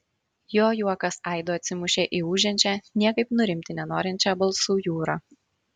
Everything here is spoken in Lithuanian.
jo juokas aidu atsimušė į ūžiančią niekaip nurimti nenorinčią balsų jūrą